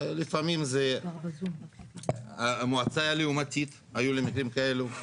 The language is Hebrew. לפעמים זה המועצה, היו לי מקרים כאלו.